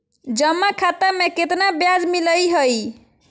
जमा खाता में केतना ब्याज मिलई हई?